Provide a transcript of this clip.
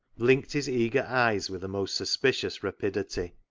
blinked his eager eyes with a most suspicious rapidity.